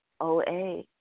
OA